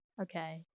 Okay